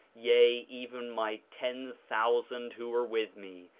yea, even my ten thousand who were with me,